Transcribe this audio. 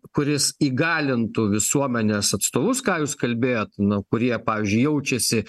kuris įgalintų visuomenės atstovus ką jūs kalbėjot nu kurie pavyzdžiui jaučiasi